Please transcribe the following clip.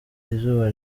izuba